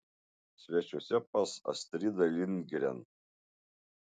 svečiuose pas astridą lindgren